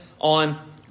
on